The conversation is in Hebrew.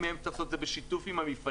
היום שצריך לעשות את זה בשיתוף עם המפעלים,